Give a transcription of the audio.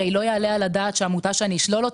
הרי לא יעלה על הדעת שעמותה שאני אשלול,